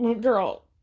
girl